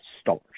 stars